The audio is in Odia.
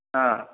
ହଁ